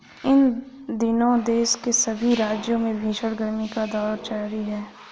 इन दिनों देश के सभी राज्यों में भीषण गर्मी का दौर जारी है